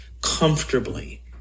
comfortably